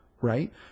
right